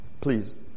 please